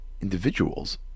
individuals